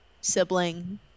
sibling